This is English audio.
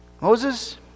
Moses